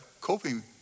coping